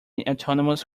autonomous